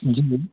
जी